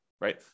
right